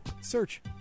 Search